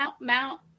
Mount